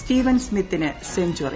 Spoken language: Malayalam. സ്റ്റീവൻ സ്മിത്തിന് സെഞ്ചറി